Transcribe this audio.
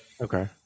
okay